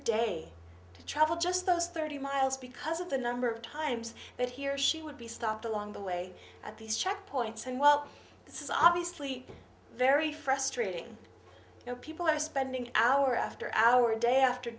day to travel just those thirty miles because of the number of times that he or she would be stopped along the way at these checkpoints and well this is obviously very frustrating you know people are spending hour after hour day after